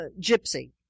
Gypsy